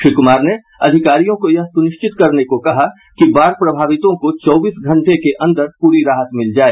श्री कुमार ने अधिकारियों को यह सुनिश्चित करने को कहा कि बाढ़ प्रभावितों को चौबीस घंटे के अंदर पूरी राहत मिल जाए